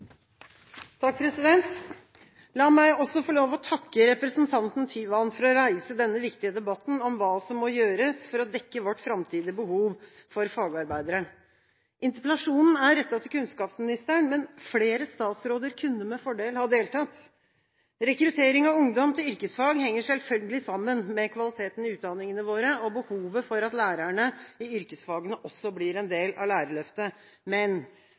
La meg også få lov å takke representanten Tyvand for å reise denne viktige debatten om hva som må gjøres for å dekke vårt framtidige behov for fagarbeidere. Interpellasjonen er rettet til kunnskapsministeren, men flere statsråder kunne med fordel ha deltatt. Rekruttering av ungdom til yrkesfag henger selvfølgelig sammen med kvaliteten i utdanningene våre og behovet for at lærerne i yrkesfagene også blir en del av Lærerløftet. Men